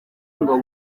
ngo